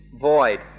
void